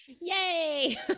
Yay